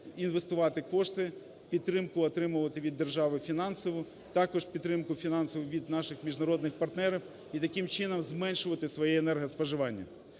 інвестувати кошти, підтримку отримувати від держави фінансову, також підтримку фінансову від наших міжнародних партнерів і таким чином зменшувати своє енергоспоживання.